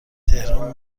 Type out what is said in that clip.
تهران